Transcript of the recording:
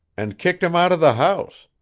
and kicked him out of the house